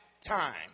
time